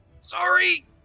Sorry